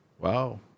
Wow